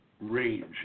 range